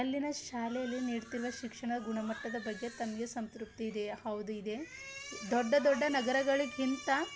ಅಲ್ಲಿನ ಶಾಲೆಯಲ್ಲಿ ನೀಡ್ತಿರುವ ಶಿಕ್ಷಣ ಗುಣಮಟ್ಟದ ಬಗ್ಗೆ ತಮಗೆ ಸಂತೃಪ್ತಿ ಇದೆಯಾ ಹೌದು ಇದೆ ದೊಡ್ಡ ದೊಡ್ಡ ನಗರಗಳಿಗಿಂತ